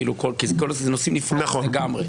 כי זה נושאים נפרדים לגמרי.